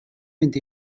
mynd